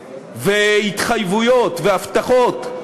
והתחייבויות, והבטחות,